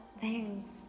thanks